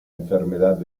enfermedad